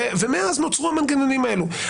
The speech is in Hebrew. ומאז נוצרו המנגנונים האלה.